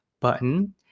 button